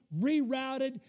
rerouted